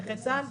נכי צה"ל,